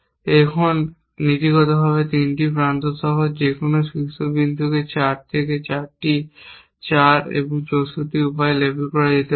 এখন নীতিগতভাবে 3টি প্রান্ত সহ যেকোনো শীর্ষবিন্দুকে 4 থেকে 4 থেকে 4 64 উপায়ে লেবেল করা যেতে পারে